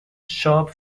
shop